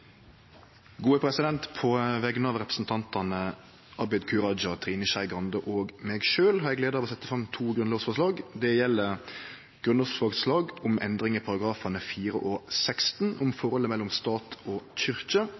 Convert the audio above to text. På vegner av representantane Trine Skei Grande, Abid Q. Raja og meg sjølv har eg gleda av å setja fram to grunnlovsforslag. Det gjeld grunnlovsforslag om endring i §§ 4 og 16, om forholdet mellom stat og kyrkje,